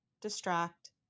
distract